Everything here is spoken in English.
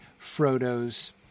Frodo's